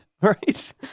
right